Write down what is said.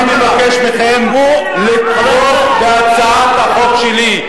אני מבקש מכם לתמוך בהצעת החוק שלי.